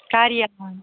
गारिया